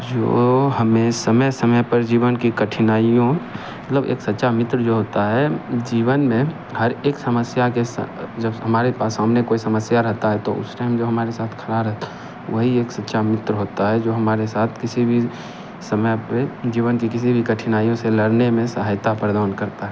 जो हमें समय समय पर जीवन के कठिनाइयों मतलब एक सच्चा मित्र जो होता है जीवन में हर एक समस्या के जब हमारे पास सामने कोई समस्या रहती है तो उस टाइम जो हमारे साथ खड़ा रहता वही एक सच्चा मित्र होता है जो हमारे साथ किसी भी समय पर जीवन के किसी भी कठिनाइयों से लड़ने में सहायता प्रदान करता है